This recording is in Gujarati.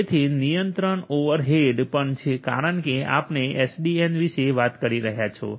તેથી નિયંત્રણ ઓવરહેડ પણ છે કારણ કે આપણે એસડીએન વિશે વાત કરી રહ્યા છો